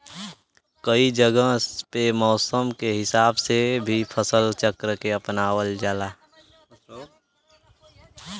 कई जगह पे मौसम के हिसाब से भी फसल चक्र के अपनावल जाला